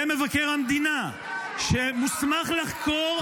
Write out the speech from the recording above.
זה מבקר המדינה שמוסמך לחקור,